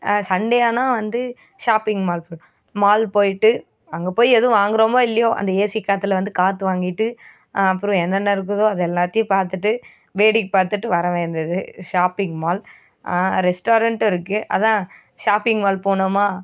Sunday ஆனால் வந்து shopping mall போ மால் போயிட்டு அங்கே போய் எதுவும் வாங்குகிறோமோ இல்லையோ அந்த ஏசி காற்றுல வந்து காற்று வாங்கிட்டு அப்புறோம் என்னென்ன இருக்குதோ அது எல்லாத்தியும் பார்த்துட்டு வேடிக்கை பார்த்துட்டு வர வேண்டியது ஷாப்பிங் மால் ரெஸ்டாரன்ட் இருக்குது அதுதான் ஷாப்பிங் மால் போனோமா